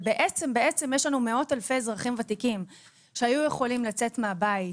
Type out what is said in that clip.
ובעצם יש לנו מאות אלפי אזרחים ותיקים שהיו יכולים לצאת מהבית,